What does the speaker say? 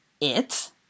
it